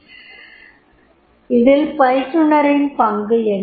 இதில் பயிற்றுனரின் பங்கு என்ன